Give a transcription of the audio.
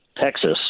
texas